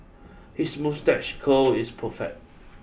his moustache curl is perfect